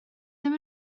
ddim